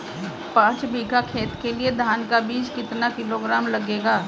पाँच बीघा खेत के लिये धान का बीज कितना किलोग्राम लगेगा?